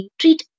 treat